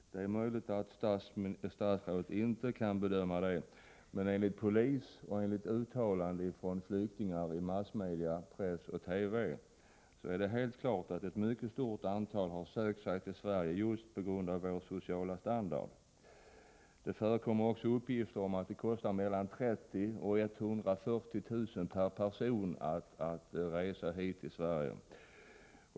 Det är möjligt att statsrådet inte kan bedöma detta, men enligt polisuppgifter och enligt uttalanden av flyktingar i massmedia, press och TV, står det helt klart att ett mycket stort antal har sökt sig till Sverige just på grund av vår sociala standard. Det förekommer också uppgifter om att det kostar mellan 30 000 kr. och 140 000 kr. per person att resa hit till Sverige.